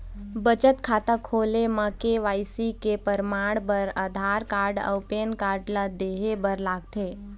बचत खाता खोले म के.वाइ.सी के परमाण बर आधार कार्ड अउ पैन कार्ड ला देहे बर लागथे